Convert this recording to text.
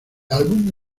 álbum